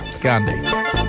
Gandhi